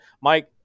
Mike